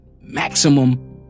maximum